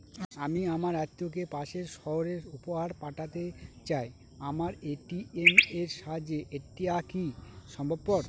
আমি আমার আত্মিয়কে পাশের সহরে উপহার পাঠাতে চাই আমার এ.টি.এম এর সাহায্যে এটাকি সম্ভবপর?